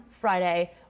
friday